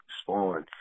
Spawn